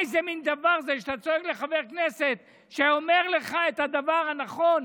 איזה מין דבר זה שאתה צועק לחבר כנסת שאומר לך את הדבר הנכון,